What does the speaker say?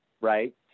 right